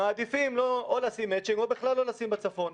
מעדיפים או לשים מצ'ינג או בכלל לא לשים בצפון.